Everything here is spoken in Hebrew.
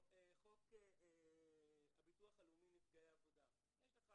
או חוק הביטוח הלאומי לנפגעי עבודה יש לך